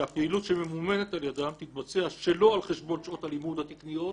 שהפעילות שממומנת על ידה תתבצע שלא על חשבון שעות הלימוד התקניות,